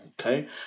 Okay